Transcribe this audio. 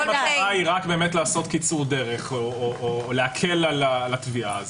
אם המטרה היא רק לעשות קיצור דרך או להקל על הקביעה,